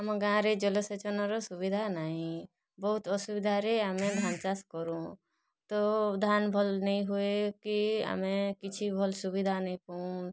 ଆମ ଗାଁରେ ଜଳସେଚନର ସୁବିଧା ନାହିଁ ବହୁତ୍ ଅସୁବିଧାରେ ଆମେ ଧାନ ଚାଷ କରୁଁ ତ ଧାନ୍ ଭଲ୍ ନାଇଁ ହୁଏ କି ଆମେ କିଛି ଭଲ୍ ସୁବିଧା ନାଇଁ ପାଉଁ